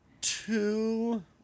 Two